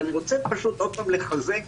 אני רוצה עוד פעם לחזק